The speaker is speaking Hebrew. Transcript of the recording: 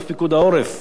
ושר הביטחון,